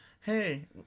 Hey